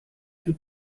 viel